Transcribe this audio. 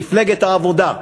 מפלגת העבודה,